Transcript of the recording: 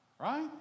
right